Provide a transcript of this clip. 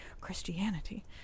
Christianity